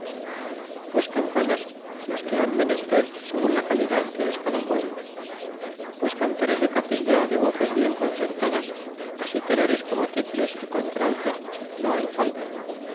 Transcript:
pues campanas las que han menester segun la calidad que es cada pueblo pues cantores de capilla de voces bien concertadas así tenores como tiples y contraltos no hay falta